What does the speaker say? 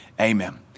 Amen